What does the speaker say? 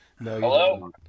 Hello